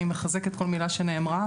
אני מחזקת כל מילה שנאמרה.